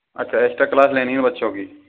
अच्छा extra class लेनी है बच्चों की